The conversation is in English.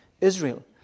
Israel